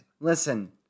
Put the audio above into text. Listen